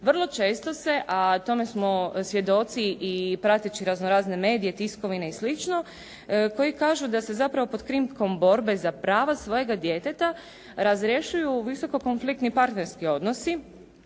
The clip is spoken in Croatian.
Vrlo često se a tome smo svjedoci i prateći razno razne medije, tiskovine i slično koji kažu da se zapravo pod krinkom borbe za prava svojega djeteta razrješuju visoko konfliktni partnerski odnosi.